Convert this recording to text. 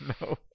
No